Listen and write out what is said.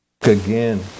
again